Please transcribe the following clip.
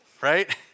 right